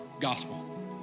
gospel